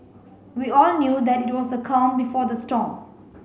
we all knew that it was the calm before the storm